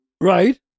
Right